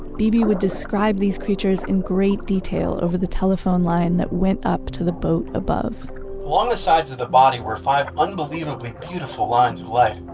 beebe would describe these creatures in great detail over the telephone line that went up to the boat above on the sides of the body were five unbelievably beautiful lines of life.